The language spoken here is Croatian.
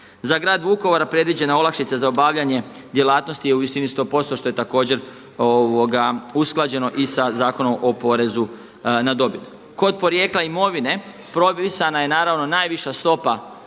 Za grad Vukovar predviđena olakšica za obavljanje djelatnosti je u visini 100% što je također usklađeno i sa Zakonom o porezu na dobit. Kod porijekla imovine propisana je najviša stopa